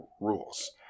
rules